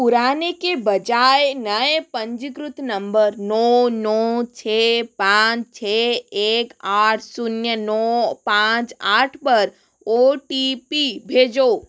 पुराने के बजाय नए पंजीकृत नंबर नौ नौ छः पाँच छः एक आठ शून्य नौ पाँच आठ पर ओ टी पी भेजों